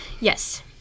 Yes